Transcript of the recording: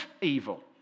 evil